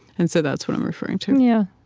and so that's what i'm referring to yeah